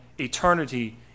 eternity